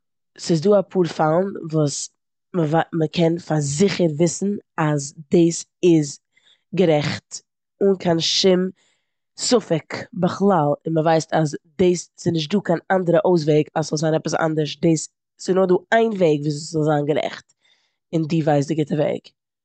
ס'איז דא אפאר פאלן וואס מ'קען פאר זיכער וויסן אז דאס איז גערעכט, אן קיין שום ספק בכלל, און מ'ווייסט אז דאס- ס'נישט דא קיין אנדערע אויסוועג אז ס'זאל זיין עפעס אנדערש. דאס- ס'איז נאר דא איין וועג וויאזוי ס'זאל זיין גערעכט און דו ווייסט די גוטע וועג.